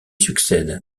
succède